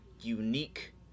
unique